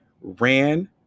ran